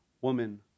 woman